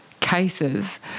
cases